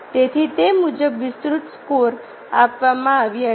તેથી તે મુજબ વિસ્તૃત સ્કોર આપવામાં આવ્યો છે